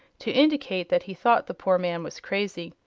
to indicate that he thought the poor man was crazy.